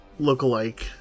lookalike